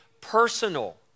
personal